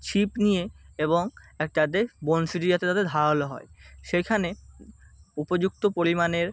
ছিপ নিয়ে এবং একটা হাতে বঁড়শিটি যাতে তাতে ধারালো হয় সেইখানে উপযুক্ত পরিমাণের